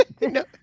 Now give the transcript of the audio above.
No